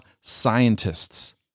scientists